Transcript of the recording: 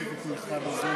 כספים.